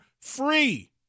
free